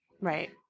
Right